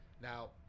now